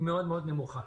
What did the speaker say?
היא מאוד מאוד נמוכה.